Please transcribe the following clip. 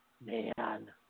Man